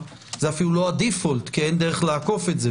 זה אפילו לא ברירת מחדל כי אין דרך לעקוף את זה.